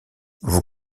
vous